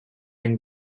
and